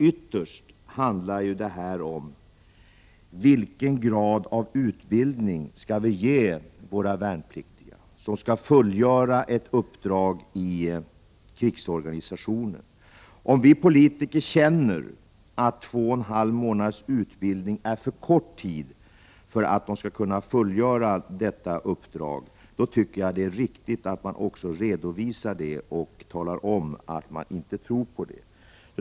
Ytterst handlar ju det här om vilken grad av utbildning vi skall ge våra värnpliktiga som skall fullgöra ett uppdrag i krigsorganisationen. Om vi politiker känner att två och en halv månaders utbildning är för kort tid för att de skall kunna fullgöra detta uppdrag, tycker jag att det är riktigt att vi också redovisar det och talar om, att vi inte tror på det.